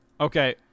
Okay